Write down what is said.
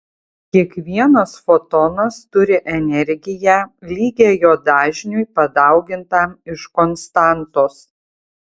kiekvienas fotonas turi energiją lygią jo dažniui padaugintam iš konstantos